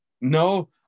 No